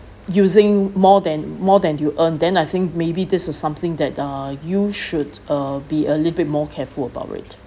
using more than more than you earn then I think maybe this is something that uh you should uh be a little bit more careful about it